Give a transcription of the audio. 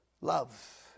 love